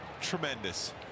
Tremendous